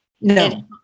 no